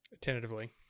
Tentatively